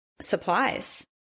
supplies